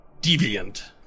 deviant